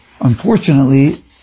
Unfortunately